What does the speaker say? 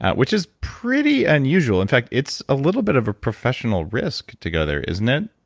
which is pretty unusual. in fact, it's a little bit of a professional risk to go there, isn't it?